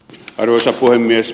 arvoisa puhemies